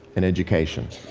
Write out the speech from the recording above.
in education.